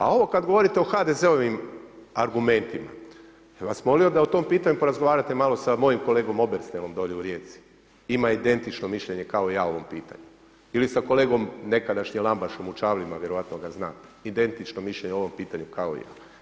A ovo kad govorite o HDZ-ovim argumentima, ja vas molim da o tom pitanju porazgovarate sa mojim kolegom Obersnelom dolje u Rijeci, ima identično mišljenje kao i ja o ovom pitanju ili sa kolegom, nekadašnjim Lambašem u Čavlima vjerojatno ga zna, identično mišljenje o ovome pitanju kao i ja.